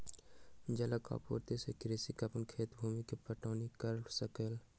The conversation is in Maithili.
जलक आपूर्ति से कृषक अपन खेतक भूमि के पटौनी कअ सकल